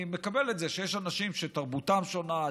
אני מקבל את זה שיש אנשים שתרבותם שונה,